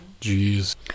Jeez